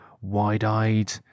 wide-eyed